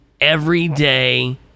everyday